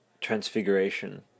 transfiguration